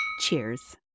Cheers